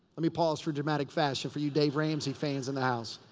let me pause for dramatic fashion for you dave ramsey fans in the house.